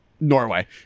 Norway